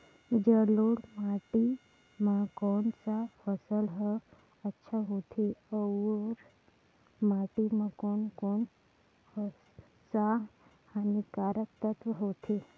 जलोढ़ माटी मां कोन सा फसल ह अच्छा होथे अउर माटी म कोन कोन स हानिकारक तत्व होथे?